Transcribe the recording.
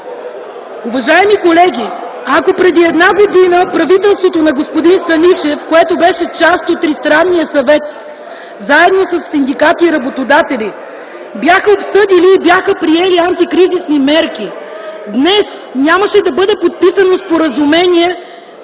Уважаеми колеги, ако преди една година правителството на господин Станишев, което беше част от Тристранния съвет, заедно със синдикати и работодатели, бяха обсъдили и бяха приели антикризисни мерки, днес нямаше да бъде подписано споразумение